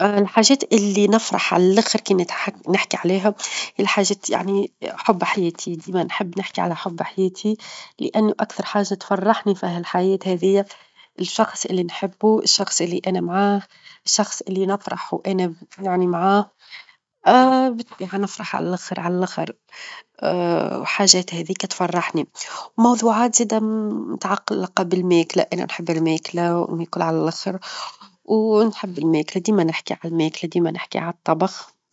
ا الحاجات اللي نفرح على اللخر كا -نت- نحكي عليها هي الحاجة يعني حب حياتي، ديما نحب نحكي على حب حياتي؛ لأنو أكثر حاجة تفرحني في ها الحياة هاديا، الشخص اللي نحبو الشخص اللي أنا معاه الشخص اللي نفرح وأنا يعني معاه نفرح على اللخر على اللخر وحاجات هاذيك تفرحني، وموظوعات جدا -متع- متعقلة بالماكلة، أنا نحب الماكلة، وناكل عل اللخر، ونحب الماكلة ديما نحكي على الماكلة، ديما نحكي على الطبخ.